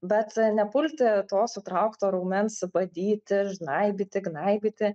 bet nepulti to sutraukto raumens badyti žnaibyti gnaibyti